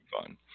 fun